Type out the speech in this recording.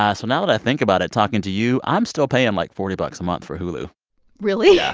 ah so now that i think about it, talking to you, i'm still paying, like, forty bucks a month for hulu really? yeah